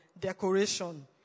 decoration